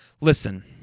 Listen